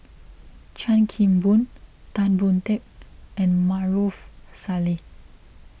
Chan Kim Boon Tan Boon Teik and Maarof Salleh